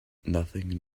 nothing